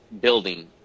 building